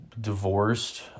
divorced